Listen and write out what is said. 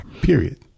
period